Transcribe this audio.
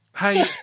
hey